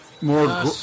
More